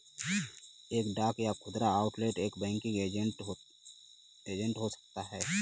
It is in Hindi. एक डाक या खुदरा आउटलेट एक बैंकिंग एजेंट हो सकता है